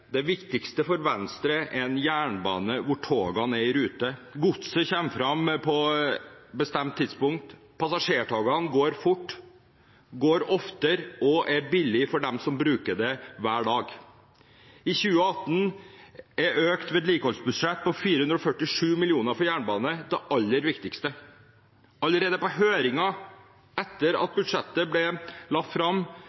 Det viktigste for Venstre er en jernbane der togene er i rute, godset kommer fram på fastsatt tidspunkt, passasjertogene går fort, og går oftere og er billig for dem som bruker det hver dag. I 2018 er et økt vedlikeholdsbudsjett på 447 mill. kr for jernbane det aller viktigste. Allerede på høringen etter at